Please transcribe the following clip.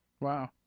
Wow